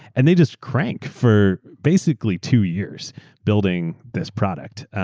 and they just cranked for basically two years building this product.